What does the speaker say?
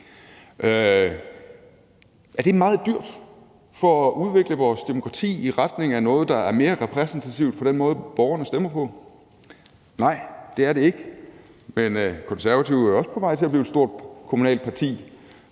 Er det meget dyrt for at udvikle vores demokrati i retning af noget, der er mere repræsentativt for den måde, borgerne stemmer på? Nej, det er det ikke. Men Konservative er jo også på vej til at blive et stort kommunalt parti.